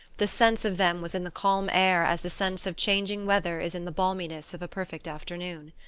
the sense of them was in the calm air as the sense of changing weather is in the balminess of a perfect afternoon.